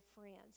friends